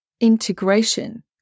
integration